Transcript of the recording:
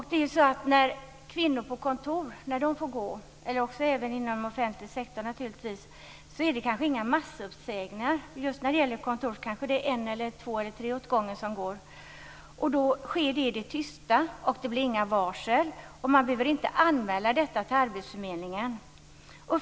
När kvinnor på kontor eller över huvud taget inom offentlig sektor får avgå blir det oftast inga massuppsägningar. På kontor får kanske en, två eller tre i taget avgå. Det sker i det tysta, utan varsel, och utan att det behöver anmälas till arbetsförmedlingen.